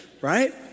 right